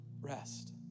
rest